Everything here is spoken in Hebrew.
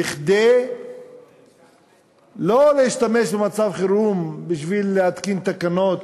לא להשתמש במצב חירום בשביל להתקין תקנות,